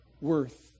worth